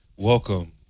Welcome